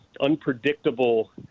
unpredictable